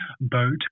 boat